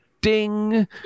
ding